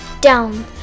Down